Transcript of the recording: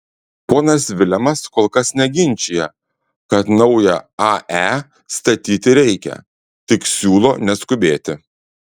ponas vilemas kol kas neginčija kad naują ae statyti reikia tik siūlo neskubėti